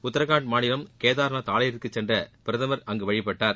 உத்திரகான்ட் மாநிலம் கேதர்நாத் ஆலயத்திற்குச் சென்ற பிரதமர் அங்கு வழிபட்டார்